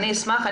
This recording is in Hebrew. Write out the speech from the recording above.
אני אשמח.